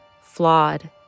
flawed